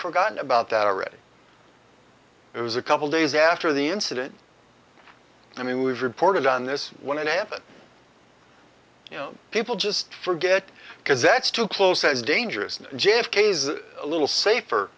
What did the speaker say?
forgotten about that already it was a couple days after the incident i mean we've reported on this when it happened you know people just forget because that's too close as dangerous and a little safer